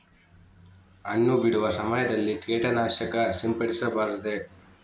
ಹಣ್ಣು ಬಿಡುವ ಸಮಯದಲ್ಲಿ ಕೇಟನಾಶಕ ಸಿಂಪಡಿಸಬಾರದೆ?